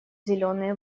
зеленые